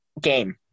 game